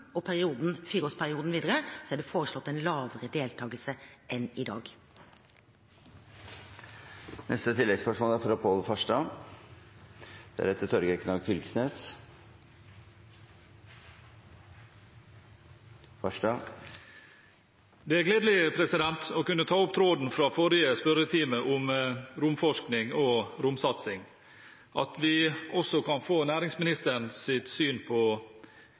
fireårsperioden videre er det foreslått en lavere deltakelse enn i dag. Pål Farstad – til neste oppfølgingsspørsmål. Det er gledelig å kunne ta opp tråden fra forrige spørretime om romforskning og romsatsing, at vi også kan få næringsministerens syn på